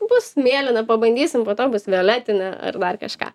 bus mėlyna pabandysim po to bus violetinė ar dar kažką